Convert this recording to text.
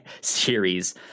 Series